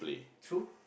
two